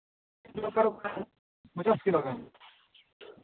ᱛᱤᱱᱟᱹᱜ ᱫᱚᱨᱠᱟᱨᱚᱜ ᱠᱟᱱᱟ ᱯᱚᱧᱪᱟᱥ ᱠᱤᱞᱳ ᱜᱟᱱ